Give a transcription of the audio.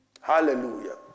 Hallelujah